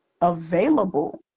available